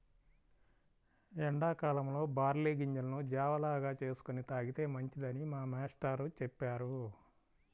ఎండా కాలంలో బార్లీ గింజలను జావ లాగా చేసుకొని తాగితే మంచిదని మా మేష్టారు చెప్పారు